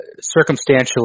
circumstantially